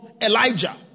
Elijah